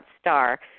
star